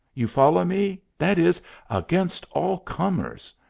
you follow me that is against all comers.